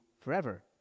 forever